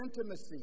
intimacy